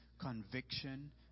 conviction